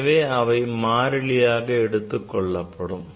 எனவே அவை மாறிலியாக எடுத்துக் கொள்ளப்படும்